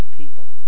people